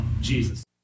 Jesus